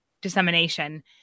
dissemination